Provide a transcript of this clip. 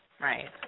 Right